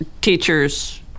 teachers